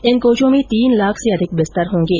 इन कोचों में तीन लाख से अधिक बिस्तर होंगे